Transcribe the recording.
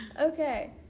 okay